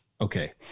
okay